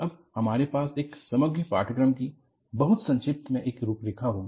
अब हमारे पास एक समग्र पाठ्यक्रम की बहुत संक्षिप्त में एक रूपरेखा होगी